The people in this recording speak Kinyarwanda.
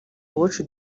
watch